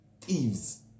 Thieves